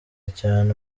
cyane